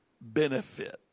benefit